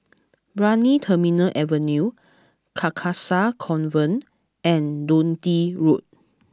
Brani Terminal Avenue Carcasa Convent and Dundee Road